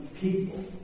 people